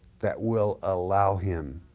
that will allow him.